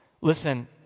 Listen